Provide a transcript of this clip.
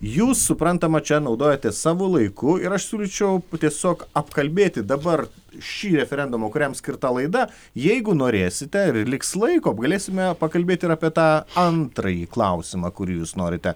jūs suprantama čia naudojatės savo laiku ir aš siūlyčiau tiesiog apkalbėti dabar šį referendumą kuriam skirta laida jeigu norėsite ir liks laiko galėsime pakalbėti ir apie tą antrąjį klausimą kurį jūs norite